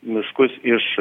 miškus iš